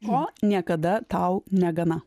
ko niekada tau negana